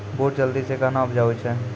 बूट जल्दी से कहना उपजाऊ छ?